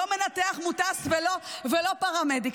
לא מנתח מוטס ולא פרמדיק.